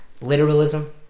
literalism